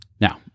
Now